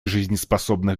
жизнеспособных